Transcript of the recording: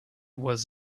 was